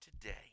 Today